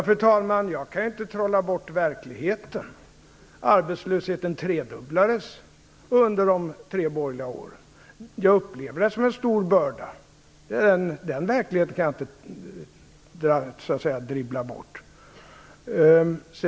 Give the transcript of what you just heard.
Fru talman! Jag kan ju inte trolla bort verkligheten. Arbetslösheten tredubblades under de tre borgerliga åren. Jag upplever det som en stor börda. Den verkligheten kan jag inte dribbla bort.